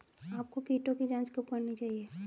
आपको कीटों की जांच कब करनी चाहिए?